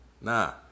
Nah